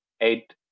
eight